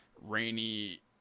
rainy